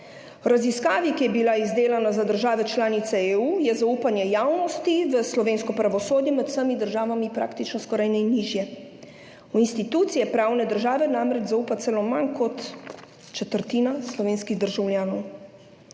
raziskavi, ki je bila izdelana za države članice EU, je zaupanje javnosti v slovensko pravosodje med vsemi državami praktično skoraj najnižje. V institucije pravne države namreč zaupa celo manj kot četrtina slovenskih državljanov.